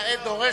נאה דורש,